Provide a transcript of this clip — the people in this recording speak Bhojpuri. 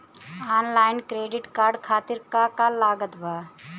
आनलाइन क्रेडिट कार्ड खातिर का का लागत बा?